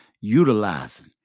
utilizing